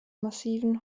massiven